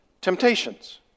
temptations